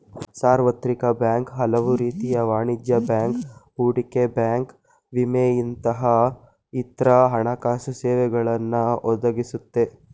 ಸಾರ್ವತ್ರಿಕ ಬ್ಯಾಂಕ್ ಹಲವುರೀತಿಯ ವಾಣಿಜ್ಯ ಬ್ಯಾಂಕ್, ಹೂಡಿಕೆ ಬ್ಯಾಂಕ್ ವಿಮೆಯಂತಹ ಇತ್ರ ಹಣಕಾಸುಸೇವೆಗಳನ್ನ ಒದಗಿಸುತ್ತೆ